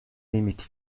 limité